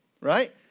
Right